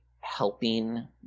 helping